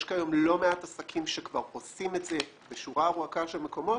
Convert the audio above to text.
יש כיום לא מעט עסקים שכבר עושים את זה בשורה ארוכה של מקומות,